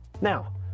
Now